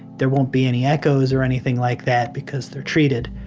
there won't be any echoes or anything like that because they're treated.